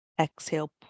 Exhale